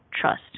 trust